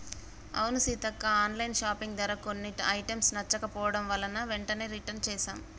అవును Seethakka online shopping ధర కొన్ని ఐటమ్స్ నచ్చకపోవడం వలన వెంటనే రిటన్ చేసాం